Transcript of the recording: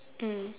mm